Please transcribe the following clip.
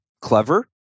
clever